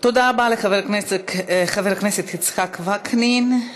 תודה רבה לחבר הכנסת יצחק וקנין.